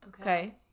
Okay